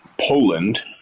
Poland